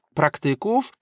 praktyków